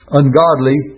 ungodly